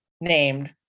named